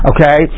Okay